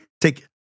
take